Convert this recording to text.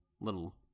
little